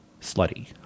slutty